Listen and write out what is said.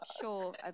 sure